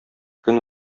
көн